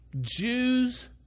Jews